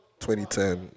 2010